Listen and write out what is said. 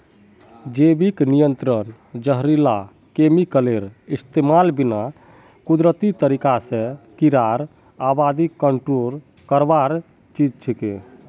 जैविक नियंत्रण जहरीला केमिकलेर इस्तमालेर बिना कुदरती तरीका स कीड़ार आबादी कंट्रोल करवार चीज छिके